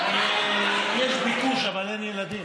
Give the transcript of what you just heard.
יש ביקוש אבל אין ילדים.